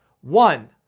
one